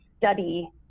study